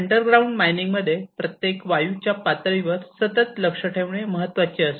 underground mining मध्ये प्रत्येक वायूच्या पातळीवर सतत लक्ष ठेवणे महत्त्वाचे असते